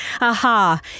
Aha